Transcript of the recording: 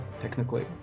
technically